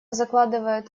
закладывает